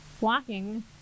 walking